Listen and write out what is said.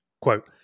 Quote